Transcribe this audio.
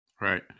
Right